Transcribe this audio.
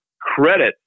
credit